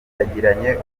yagiranye